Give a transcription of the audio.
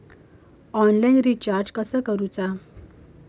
Online recharge कसा करूचा?